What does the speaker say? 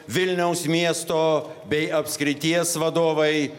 vilniaus miesto bei apskrities vadovai